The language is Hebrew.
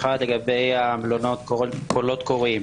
אחד, לגבי המלונות, קולות קוראים.